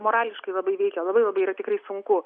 morališkai labai veikia labai labai yra tikrai sunku